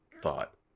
thought